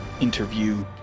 interview